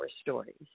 stories